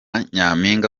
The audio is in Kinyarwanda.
nyaminga